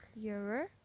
clearer